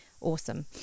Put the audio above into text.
Awesome